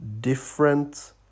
different